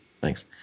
Thanks